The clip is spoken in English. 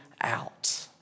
out